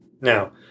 Now